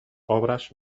obras